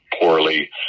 poorly